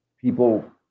people